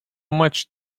much